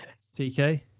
TK